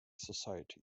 society